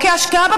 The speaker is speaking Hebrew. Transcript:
אותו?